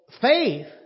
faith